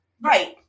Right